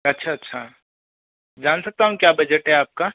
अच्छा अच्छा जान सकता हूँ क्या बजट है आपका